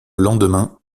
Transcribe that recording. lendemain